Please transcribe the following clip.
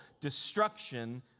destruction